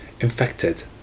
infected